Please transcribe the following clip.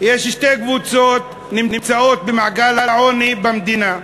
שתי קבוצות נמצאות במעגל העוני במדינה,